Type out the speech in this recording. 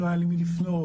לא היה למי לפנות,